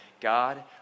God